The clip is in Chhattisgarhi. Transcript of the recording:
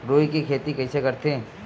रुई के खेती कइसे करथे?